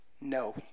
no